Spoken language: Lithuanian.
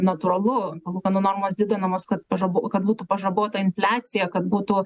natūralu palūkanų normos didinamos kad pažabo kad būtų pažabota infliacija kad būtų